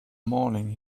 morning